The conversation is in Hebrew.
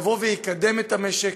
יבוא ויקדם את המשק,